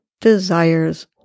desires